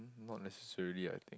not necessarily I think